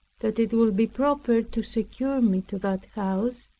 that it would be proper to secure me to that house,